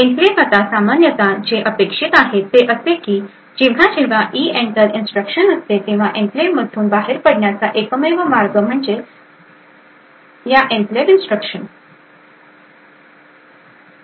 enclave आता सामान्यत जे अपेक्षित आहे ते असे की जेव्हा जेव्हा इइंटर इन्स्ट्रक्शन असते तेव्हा एन्क्लेव्हमधून बाहेर पडण्याचा एकमेव मार्ग म्हणजे या एनक्लेव्ह इन्स्ट्रक्शन